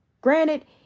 Granted